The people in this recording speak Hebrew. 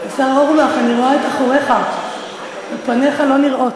אני רואה את אחוריך ופניך לא נראות,